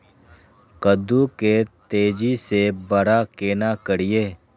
कद्दू के तेजी से बड़ा केना करिए?